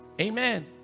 Amen